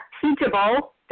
Teachable